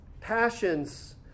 passions